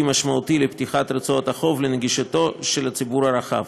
משמעותי לפתיחת רצועת החוף ולנגישותה לציבור הרחב.